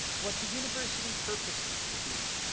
what the university purpose is to be,